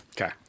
Okay